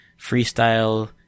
freestyle